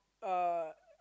uh